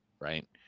right